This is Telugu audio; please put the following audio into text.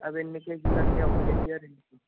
అవి ఎన్ని కేజీలండి ఒక కేజీయా రెం